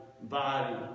body